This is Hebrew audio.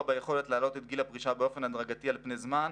ביכולת להעלות את גיל הפרישה באופן הדרגתי על פני זמן,